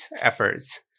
efforts